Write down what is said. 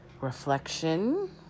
reflection